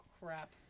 crap